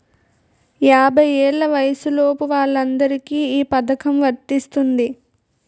యాభై ఏళ్ల వయసులోపు వాళ్ళందరికీ ఈ పథకం వర్తిస్తుంది